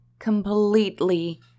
completely